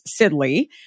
Sidley